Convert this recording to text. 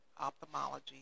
ophthalmology